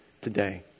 today